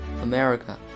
America